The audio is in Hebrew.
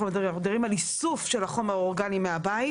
אנחנו מדברים על האיסוף של החומר האורגני מהבית.